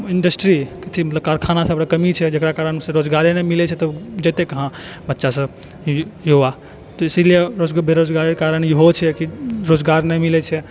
industry अथी कारखाना सबके कमी छै जकरा कारणसँ रोजगारे नहि मिललै तऽ ओ जेतै कहाँ बच्चा सभ युवा तऽ इसीलिए रोज बेरोजगारीके कारण इहो छै कि रोजगार नहि मिलै छै